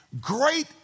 great